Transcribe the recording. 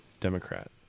Democrat